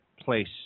place